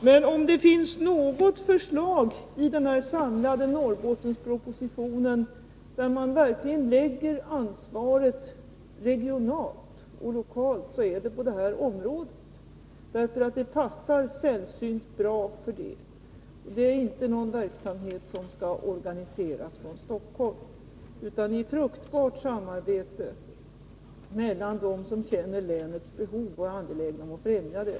Men om det verkligen finns något förslag i den här samlade Norrbottenspropositionen, där man verkligen lägger ansvaret lokalt och regionalt, så är det på detta område, därför att det passar sällsynt bra för det; det är inte någon verksamhet som skall organiseras från Stockholm utan i fruktbart samarbete mellan dem som känner länets behov och är angelägna om att främja det.